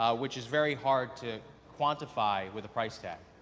ah which is very hard to quantify with a price tag.